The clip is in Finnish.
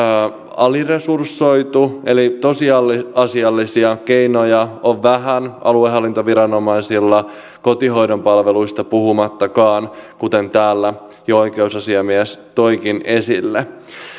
aliresursoitu eli tosiasiallisia keinoja on vähän aluehallintoviranomaisilla kotihoidonpalveluista puhumattakaan kuten täällä jo oikeusasiamies toikin esille